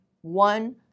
one